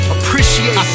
Appreciate